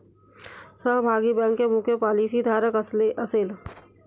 सहभागी बँक मुख्य पॉलिसीधारक असेल